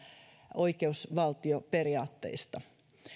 oikeusvaltioperiaatteista